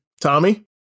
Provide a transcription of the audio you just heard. Tommy